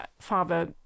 father